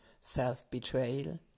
self-betrayal